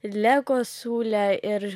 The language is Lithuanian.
lego siūlė ir